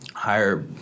higher